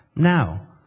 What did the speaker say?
Now